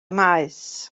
maes